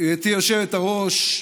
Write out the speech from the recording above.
גברתי היושבת-ראש,